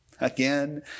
again